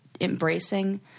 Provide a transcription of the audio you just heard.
embracing